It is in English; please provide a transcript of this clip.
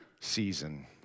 season